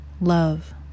love